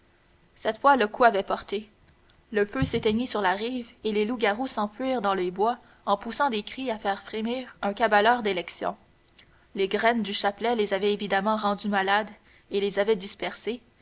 cette fois le coup avait porté le feu s'éteignit sur la rive et les loups-garous s'enfuirent dans les bois en poussant des cris à faire frémir un cabaleur d'élections les graines du chapelet les avaient évidemment rendus malades et les avaient dispersés